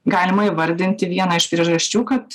galima įvardinti vieną iš priežasčių kad